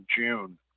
June